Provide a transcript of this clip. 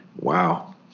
Wow